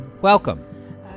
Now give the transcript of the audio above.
welcome